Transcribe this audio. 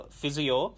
physio